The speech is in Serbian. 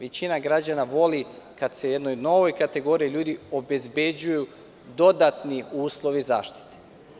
Većina građana voli kad se jednoj novoj kategoriji ljudi obezbeđuju dodatni uslovi zaštite.